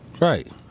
Right